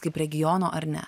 kaip regiono ar ne